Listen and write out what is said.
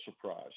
surprise